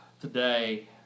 today